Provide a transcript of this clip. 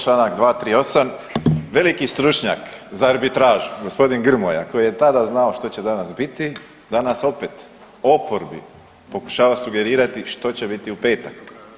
Čl. 238, veliki stručnjak za arbitražu, g. Grmoja koji je tada znao što će danas biti, danas opet oporbi pokušava sugerirati što će biti u petak.